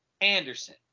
Anderson